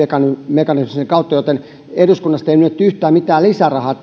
mekanismin kautta joten eduskunnasta ei myönnetty yhtään mitään lisärahaa